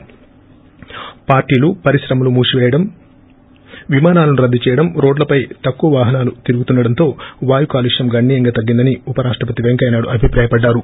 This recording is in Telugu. ఫ్భాక్టరీలు పరిశ్రమలు మూసిపేయడం విమానాలను రద్దు చేయడం రోడ్లపై తక్కువ వాహనాలు తిరుగుతుండడంతో వాయు కాలుష్యం గణనీయంగా తగ్గిందని ఉపరాష్టపతి వెంకయ్య నాయుడు అభిప్రాయపడ్డారు